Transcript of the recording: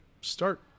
start